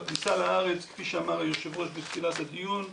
בכניסה לארץ כפי שאמר היושב-ראש בתחילת הדיון,